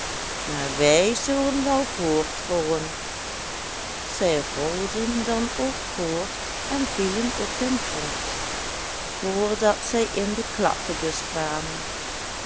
maar wij zullen wel voortrollen zij rolden dan ook voort en vielen op den grond voordat zij in de klakkebus kwamen